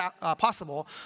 possible